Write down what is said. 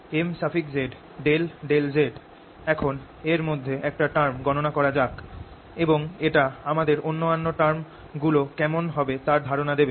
এখন এর মধ্যে একটা টার্ম গণনা করা যাক এবং এটা আমাদের অন্যান্য টার্ম গুলো কেমন হবে তার ধারণা দেবে